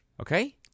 Okay